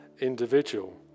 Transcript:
individual